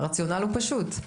הרציונל הוא פשוט.